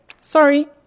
sorry